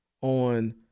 on